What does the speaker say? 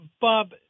Bob